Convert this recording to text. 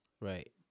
Right